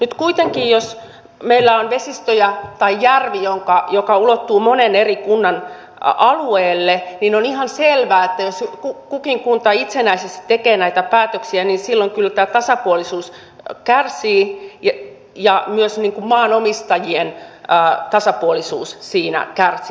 nyt kuitenkin jos meillä on vesistöjä tai järvi joka ulottuu monen eri kunnan alueelle on ihan selvää että jos kukin kunta itsenäisesti tekee näitä päätöksiä niin silloin kyllä tämä tasapuolisuus kärsii ja myös maanomistajien tasapuolisuus siinä kärsii